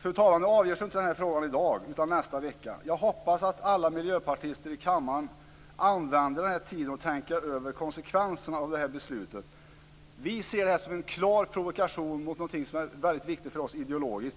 Fru talman! Frågan avgörs inte i dag utan nästa vecka. Jag hoppas att alla miljöpartister i kammaren använder tiden till att tänka över konsekvenserna av beslutet. Vi ser det som en klar provokation mot något som är ideologiskt viktigt för oss.